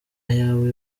ayawe